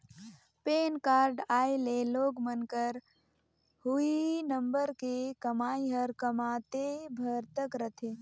PAN card आए ले लोग मन क हुई नंबर के कमाई हर कमातेय भर तक रथे